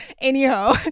anyhow